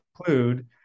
include